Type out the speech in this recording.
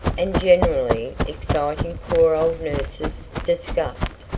and generally exciting poor old nurse's disgust.